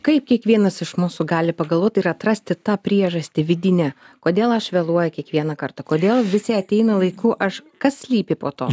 kaip kiekvienas iš mūsų gali pagalvot ir atrasti tą priežastį vidinę kodėl aš vėluoju kiekvieną kartą kodėl visi ateina laiku aš kas slypi po to